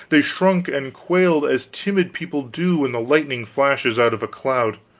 they shrunk and quailed as timid people do when the lightning flashes out of a cloud.